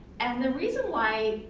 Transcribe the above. and the reason why,